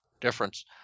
difference